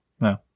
No